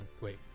wait